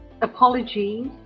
apologies